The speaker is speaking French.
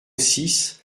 six